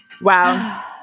Wow